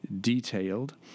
detailed